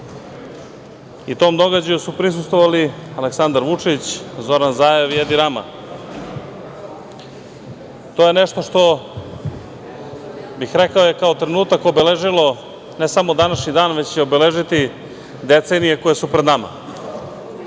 događaju su prisustvovali Aleksandar Vučić, Zoran Zaev i Edi Rama. To je nešto što, rekao bih, kao trenutak obeležilo, ne samo današnji dan, već će obeležiti decenije koje su pred nama.